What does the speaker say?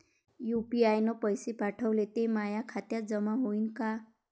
UPI न पैसे पाठवले, ते माया खात्यात जमा होईन का?